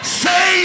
say